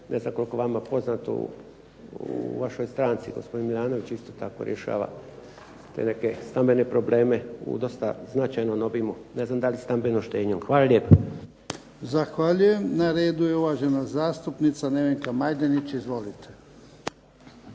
Ne znam koliko je vama poznato u vašoj stranci gospodin Milanović isto tako rješava te neke stambene probleme u dosta značajnom obimu. Ne znam da li stambenom štednjom. Hvala lijepo. **Jarnjak, Ivan (HDZ)** Zahvaljujem. Na redu je uvažena zastupnica Nevenka Majdenić, izvolite.